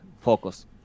focus